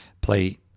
play